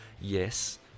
Yes